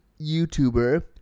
YouTuber